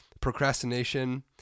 procrastination